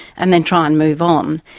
and then try and move on.